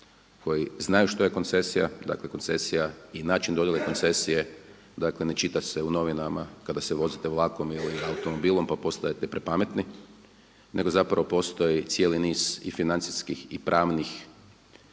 koji znaju što je koncesija, dakle koncesija i način dodjele koncesije ne čita se u novinama kada se vozite vlakom ili automobilom pa postajete prepametni nego postoji cijeli niz i financijskih i pravnih